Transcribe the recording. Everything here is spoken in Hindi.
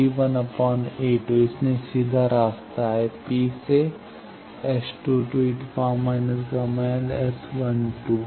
b1 a 2 इसलिए सीधा रास्ता है P → S 22 e−γl ⋅ S12